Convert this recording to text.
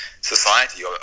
society